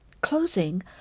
closing